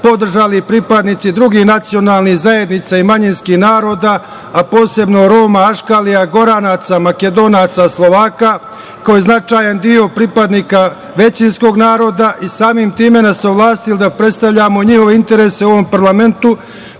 podržali i pripadnici drugih nacionalnih zajednica i manjinskih naroda, a posebno Roma, Aškalija, Goranaca, Makedonaca, Slovaka koji su značajan deo pripadnika većinskog naroda i samim tim nas ovlastili da predstavljamo njihov interes u ovom parlamentu,